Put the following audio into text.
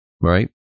right